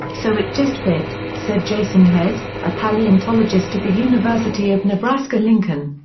so it just fit, said jason head, a paleontologist at the university of nebraska-lincoln.